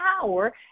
power